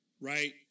right